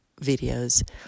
videos